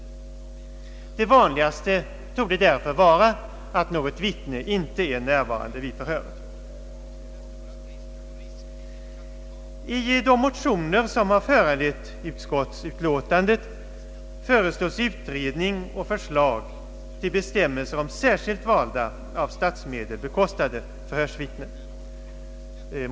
Det vanligaste torde därför vara att något förhörsvittne inte finns. I de motioner som föranlett utskottsutlåtandet begäres utredning och förslag till bestämmelser om särskilt valda, av statsmedel bekostade förhörsvittnen vid förundersökning i brottmål.